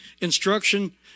Instruction